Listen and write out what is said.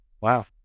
Wow